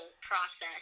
process